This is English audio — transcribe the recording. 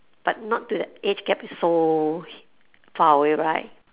but not to that age gap is so far away right